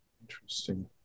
interesting